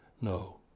No